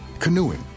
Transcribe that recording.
canoeing